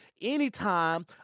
anytime